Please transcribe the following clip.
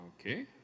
Okay